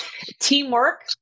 teamwork